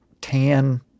tan